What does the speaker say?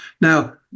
Now